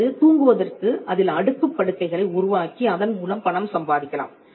அல்லது தூங்குவதற்கு அதில் அடுக்குப் படுக்கைகளை உருவாக்கி அதன் மூலம் பணம் சம்பாதிக்கலாம்